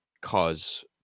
cause